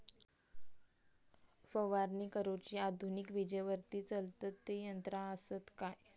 फवारणी करुची आधुनिक विजेवरती चलतत ती यंत्रा आसत काय?